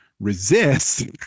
Resist